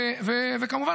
וכמובן,